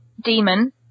demon